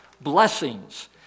blessings